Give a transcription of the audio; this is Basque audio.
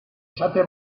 esate